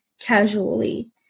casually